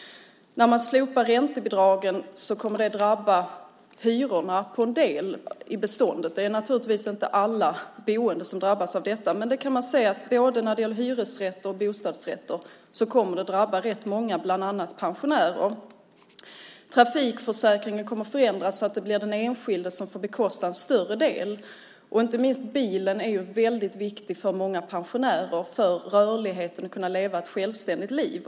När man slopar räntebidragen kommer det att drabba hyrorna på en del av beståndet. Nu är det naturligtvis inte alla boende som drabbas. Men man kan säga att både när det gäller hyresrätter och när det gäller bostadsrätter kommer det att drabba rätt många, bland annat pensionärer. Trafikförsäkringen kommer att förändras så att det blir den enskilde som får bekosta en större del. Inte minst bilen är väldigt viktig för många pensionärer för rörligheten, för att kunna leva ett självständigt liv.